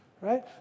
right